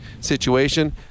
situation